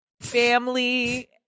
family